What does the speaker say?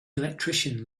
electrician